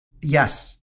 Yes